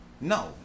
No